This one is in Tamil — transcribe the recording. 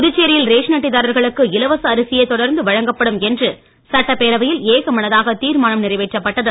புதுச்சேரியில் ரேஷன் அட்டைதாரர்களுக்கு இலவச அரிசியே தொடர்ந்து வழங்கப்படும் என்று சட்டப்பேரவையில் ஏகமனதாக தீர்மானம் நிறைவேற்றப்பட்டது